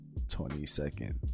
22nd